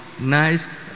nice